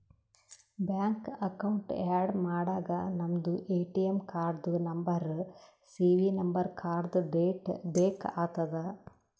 bank account add ಮಾಡಾಗ ನಮ್ದು ATM ಕಾರ್ಡ್ದು ನಂಬರ್ ಸಿ.ವಿ ನಂಬರ್ ಕಾರ್ಡ್ದು ಡೇಟ್ ಬೇಕ್ ಆತದ್